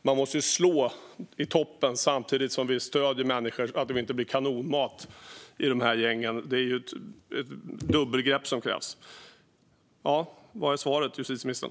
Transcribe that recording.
Vi måste ju slå i toppen, samtidigt som vi stöder människor så att de inte blir kanonmat i de här gängen. Det är ett dubbelgrepp som krävs. Vad är svaret, justitieministern?